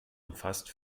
umfasst